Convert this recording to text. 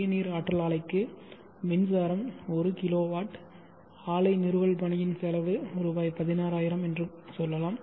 சிறிய நீர் ஆற்றல் ஆலைக்கு மின்சாரம் 1 கிலோவாட் ஆலை நிறுவல் பணியின் செலவு ரூபாய் 16000 என்று சொல்லலாம்